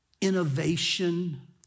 innovation